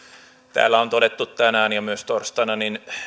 täällä on todettu tänään ja myös torstaina